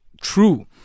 true